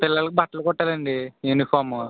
పిల్లలకి బట్టలు కుట్టాలండి యూనిఫార్మ్